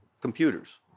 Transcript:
computers